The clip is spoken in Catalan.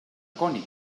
cònic